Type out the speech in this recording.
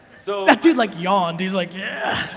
so that dude like yawned, he's like, yeah.